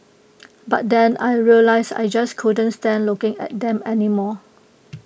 but then I realised I just couldn't stand looking at them anymore